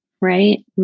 right